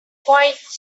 quite